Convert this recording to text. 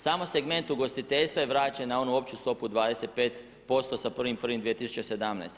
Samo segment ugostiteljstva je vraćen na onu opću stopu 25% sa 1.1.2017.